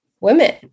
women